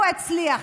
והוא הצליח.